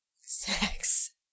Sex